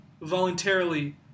voluntarily